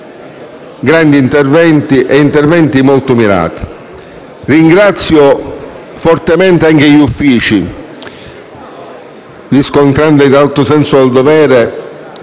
grandi interventi e azioni mirate. Ringrazio fortemente anche gli Uffici, riscontrandone l'alto senso del dovere